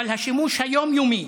אבל השימוש היום-יומי